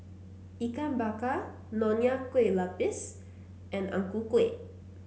Ikan Bakar Nonya Kueh Lapis and Ang Ku Kueh